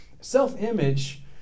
Self-image